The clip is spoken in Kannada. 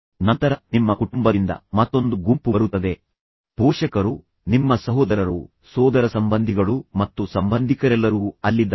ತದನಂತರ ನಿಮ್ಮ ಕುಟುಂಬದಿಂದ ಮತ್ತೊಂದು ಗುಂಪು ಬರುತ್ತದೆ ನಿಮ್ಮ ಪೋಷಕರು ನಿಮ್ಮ ಸಹೋದರರು ನಿಮ್ಮ ಸೋದರಸಂಬಂಧಿಗಳು ಮತ್ತು ನಂತರ ನಿಮ್ಮ ಸಂಬಂಧಿಕರೆಲ್ಲರೂ ಅಲ್ಲಿದ್ದಾರೆ